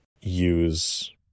use